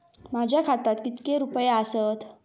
माझ्या खात्यात कितके रुपये आसत?